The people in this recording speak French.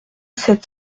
sept